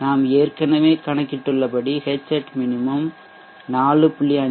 நாம் ஏற்கனவே கணக்கிட்டுள்ளபடி Hat minimum 4